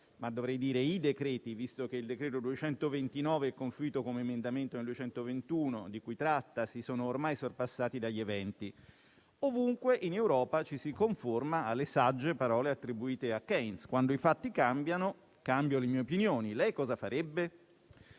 ma dovrei dire i decreti-legge, visto che il decreto-legge n. 229 del 2021 è confluito come emendamento nel n. 221, di cui trattasi - è ormai sorpassato dagli eventi. Ovunque in Europa ci si conforma alle sagge parole attribuite a Keynes: «Quando i fatti cambiano, cambio le mie opinioni. Lei cosa farebbe?».